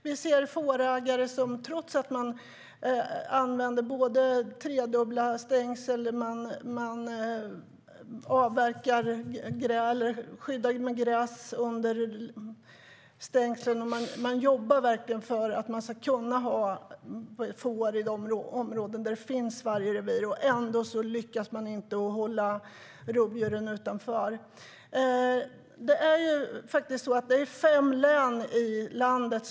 Vi ser fårägare som trots att de använder tredubbla stängsel och verkligen jobbar för att kunna ha får i de områden där det finns vargrevir inte lyckas hålla rovdjuren utanför. Vargarna finns i fem län i landet.